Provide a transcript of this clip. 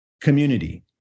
community